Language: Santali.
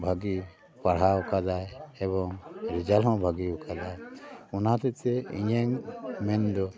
ᱵᱷᱟᱜᱮ ᱯᱟᱲᱦᱟᱣ ᱟᱠᱟᱫᱟᱭ ᱮᱵᱚᱝ ᱨᱮᱡᱮᱱᱴ ᱦᱚᱸ ᱵᱷᱟᱜᱮ ᱟᱠᱟᱫᱟᱭ ᱚᱱᱟ ᱦᱚᱛᱮᱡᱛᱮ ᱤᱧᱟᱹᱜ ᱢᱮᱱᱫᱚ